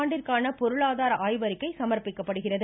அன்றையதினம் பொருளாதார ஆய்வறிக்கை சமர்ப்பிக்கப்படுகிறது